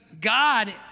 God